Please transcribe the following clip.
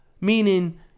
Meaning